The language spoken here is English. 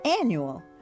annual